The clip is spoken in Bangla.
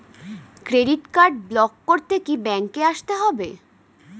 ক্রেডিট কার্ড ব্লক করতে কি ব্যাংকে আসতে হবে?